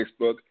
Facebook